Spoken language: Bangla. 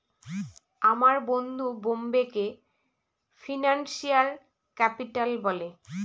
আমার বন্ধু বোম্বেকে ফিনান্সিয়াল ক্যাপিটাল বলে